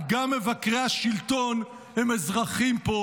גם מבקרי השלטון הם אזרחים פה,